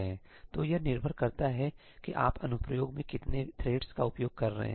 तो यह निर्भर करता है कि आप अनुप्रयोग में कितने थ्रेड्स का उपयोग कर रहे हैं